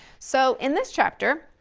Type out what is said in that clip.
so in this chapter,